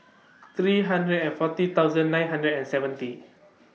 three hundred and forty thousand nine hundred and seventy